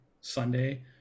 Sunday